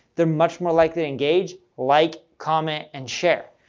they're much more likely to engage, like, comment, and share.